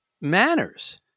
manners